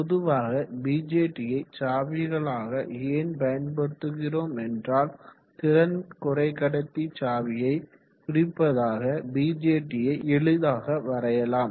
பொதுவாக பிஜெற்றியை சாவிகளாக ஏன் பயன்படுத்துகிறோம் என்றால் திறன் குறைக்கடத்தி சாவியை குறிப்பதாக பிஜெற்றியை எளிதாக வரையலாம்